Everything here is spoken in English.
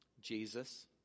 Jesus